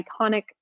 iconic